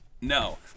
no